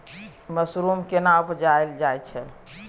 Mushroom केना उबजाबल जाय छै?